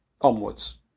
onwards